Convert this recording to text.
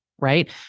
right